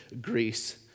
Greece